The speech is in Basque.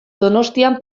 donostian